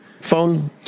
phone